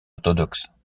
orthodoxe